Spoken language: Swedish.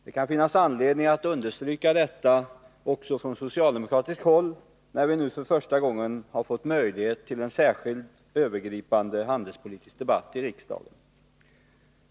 Det kan finnas anledning att understryka detta också från socialdemokratiskt håll, när vi nu för första gången har fått möjlighet till en särskild, övergripande handelspolitisk debatt i riksdagen.